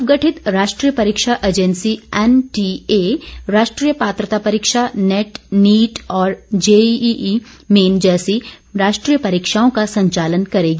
नवगठित राष्ट्रीय परीक्षा एजेंसी एनटीए राष्ट्रीय पात्रता परीक्षा नेट नीट और जेईई मेन जैसी राष्ट्रीय परीक्षाओं का संचालन करेगी